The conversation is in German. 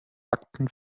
akten